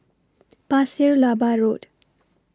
Pasir Laba Road